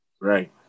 right